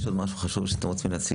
יש עוד משהו חשוב שאתם רוצים להציג?